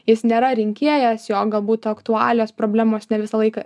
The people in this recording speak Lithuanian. jis nėra rinkėjas jo gal būt aktualijos problemos ne visą laiką